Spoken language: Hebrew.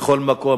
מכל מקום,